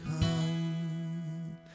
come